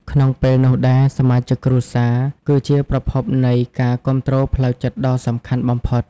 ក្នុងពេលនោះដែរសមាជិកគ្រួសារ គឺជាប្រភពនៃការគាំទ្រផ្លូវចិត្តដ៏សំខាន់បំផុត។